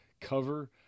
cover